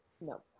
No